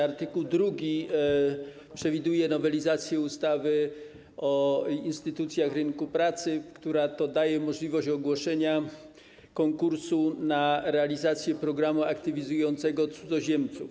Art. 2 przewiduje nowelizację ustawy o instytucjach rynku pracy, która daje możliwość ogłoszenia konkursu na realizację programu aktywizującego cudzoziemców.